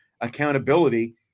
accountability